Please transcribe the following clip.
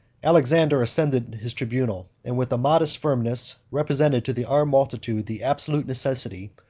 alexander ascended his tribunal, and with a modest firmness represented to the armed multitude the absolute necessity,